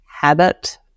habit